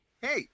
Hey